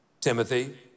Timothy